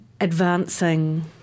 advancing